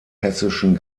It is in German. hessischen